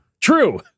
True